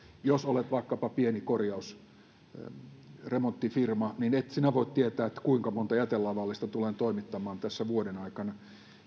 jos olet vaikkapa pieni korjausremonttifirma niin et voi tietää kuinka monta jätelavallista tulet toimittamaan tässä vuoden aikana